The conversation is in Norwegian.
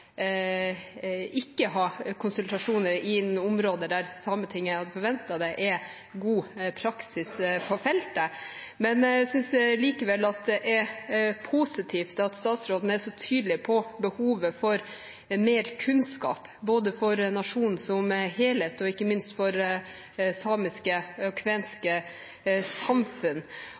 ikke ha konsultasjoner på områder der Sametinget hadde forventet det, er god praksis på feltet. Jeg synes likevel det er positivt at statsråden er så tydelig på behovet for mer kunnskap, både for nasjonen som helhet og ikke minst for samiske og kvenske samfunn.